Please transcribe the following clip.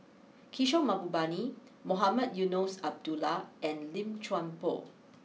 Kishore Mahbubani Mohamed Eunos Abdullah and Lim Chuan Poh